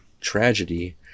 tragedy